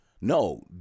No